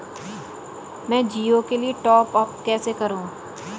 मैं जिओ के लिए टॉप अप कैसे करूँ?